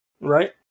Right